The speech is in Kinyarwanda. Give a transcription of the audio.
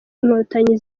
inkotanyi